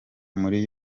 muri